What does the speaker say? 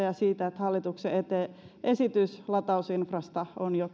ja siitä että hallituksen esitys latausinfrasta on jo